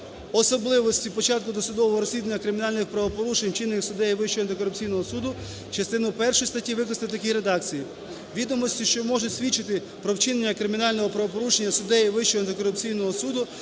"Особливості початку досудового розслідування кримінальних правопорушень, вчинених суддею Вищого антикорупційного суду" частину першу статті виписати в такій редакції: "Відомості, що можуть свідчити про вчинення кримінального правопорушення суддею Вищого антикорупційного суду,